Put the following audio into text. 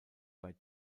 bei